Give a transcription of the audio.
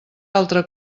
altra